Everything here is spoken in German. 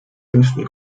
fünften